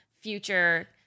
future